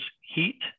heat